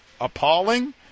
Appalling